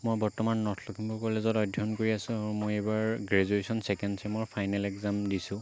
মই বৰ্তমান নৰ্থ লখিমপুৰ কলেজত অধ্যয়ন কৰি আছো আৰু মই এইবাৰ গ্ৰেজোৱেচন ছেকেণ্ড চেমৰ ফাইনেল একজাম দিছোঁ